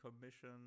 Commission